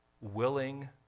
willing